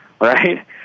right